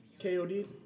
KOD